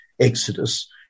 Exodus